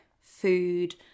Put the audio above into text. food